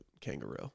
kangaroo